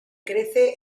crece